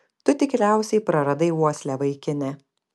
tu tikriausiai praradai uoslę vaikine